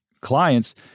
clients